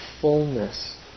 fullness